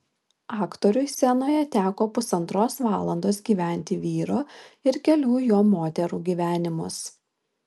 aktoriui scenoje teko pusantros valandos gyventi vyro ir kelių jo moterų gyvenimus